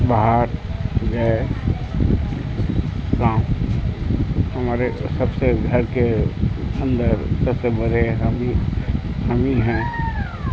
باہر گئے گاؤں ہمارے سب سے گھر کے اندر سب سے بڑے ہم ہی ہم ہی ہیں